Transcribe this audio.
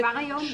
כבר היום יש.